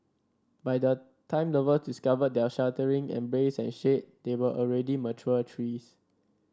by the time lover discovered their sheltering embrace and shade they were already mature trees